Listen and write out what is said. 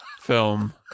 film